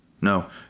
No